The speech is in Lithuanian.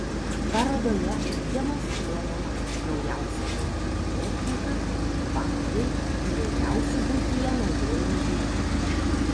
parodoje demonstruojama naujausia buitinė technika baldai įvairiausi buityje naudojami daiktai